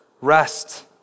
rest